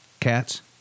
cats